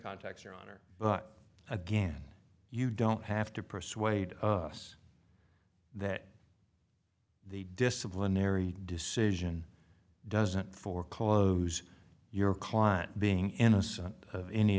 context your honor but again you don't have to persuade us that the disciplinary decision doesn't for cause your client being innocent of any